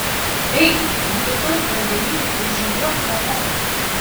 eik nusiprausk vandenyne ir žygiuok namo